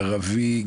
ערבי,